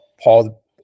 Paul